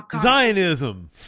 Zionism